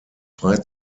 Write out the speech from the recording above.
frei